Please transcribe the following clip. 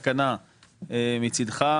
תקנה מצידך,